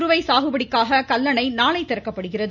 குறுவை சாகுபடிக்காக கல்லணை நாளை திறக்கப்படுகிறது